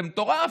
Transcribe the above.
זה מטורף.